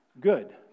good